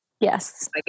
yes